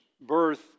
birth